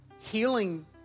healing